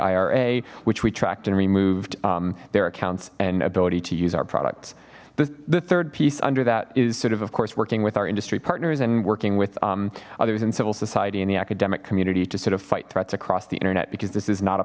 ira which we tracked and removed their accounts and ability to use our products the the third piece under that is sort of of course working with our industry partners and working with others in civil society in the academic community to sort of fight threats across the internet because this is not a